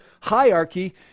hierarchy